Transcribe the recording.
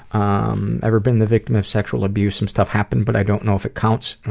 um ever been the victim of sexual abuse? some stuff happened, but i don't know if it counts.